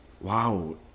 Wow